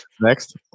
Next